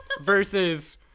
versus